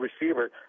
receiver